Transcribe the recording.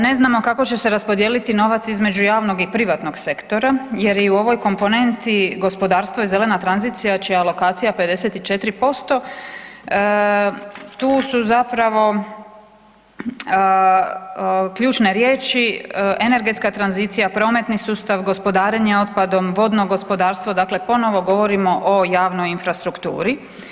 Ne znamo kako će se raspodijeliti novac između javnog i privatnog sektora jer je i u ovoj komponenti gospodarstvo i zelena tranzicija čija je alokacija 54% tu su zapravo ključne riječi energetska tranzicija, prometni sustav, gospodarenje otpadom, vodno gospodarstvo, dakle ponovo govorimo o javnoj infrastrukturi.